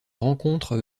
rencontre